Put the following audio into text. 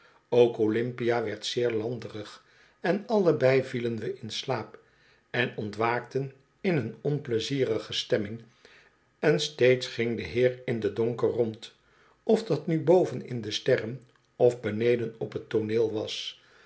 ook olyrapia werd zeer landerig en allebei vielen we in slaap en ontwaakten in een onpleiziorige stemming en steeds ging de heer in den donker rond of dat nu boven in de sterren of beneden op t tooneel was